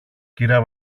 κυρα